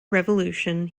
revolution